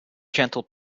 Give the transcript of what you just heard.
gentle